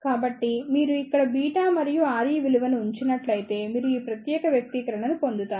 కాబట్టి మీరు ఇక్కడ β మరియు re విలువల ను ఉంచినట్లయితే మీరు ఈ ప్రత్యేక వ్యక్తీకరణను పొందుతారు